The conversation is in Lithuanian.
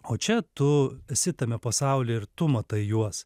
o čia tu esi tame pasaulyje ir tu matai juos